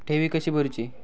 ठेवी कशी भरूची?